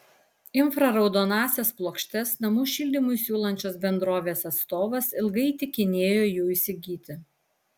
infraraudonąsias plokštes namų šildymui siūlančios bendrovės atstovas ilgai įtikinėjo jų įsigyti